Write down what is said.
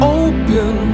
open